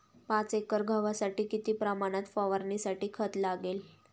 पाच एकर गव्हासाठी किती प्रमाणात फवारणीसाठी खत लागेल?